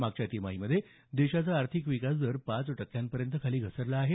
मागील तिमाहीमध्ये देशाचा आर्थिक विकास दर पाच टक्क्यांपर्यंत खाली घसरला आहे